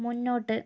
മുന്നോട്ട്